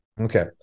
Okay